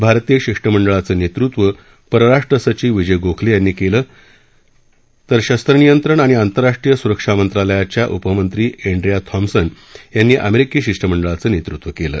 भारतीय शिष्टमंडळाचं नेतृत्व परराष्ट्र सचिव विजय गोखले यांनी केलं तर हत्यार नियंत्रण आणि आंतरराष्ट्रीय सुरक्षा मंत्रालयाच्या उपमंत्री एंड्रिया थक्रिसन यांनी अमेरिकन शिष्टमंडळाचं नेतृत्व केलं